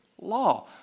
law